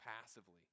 passively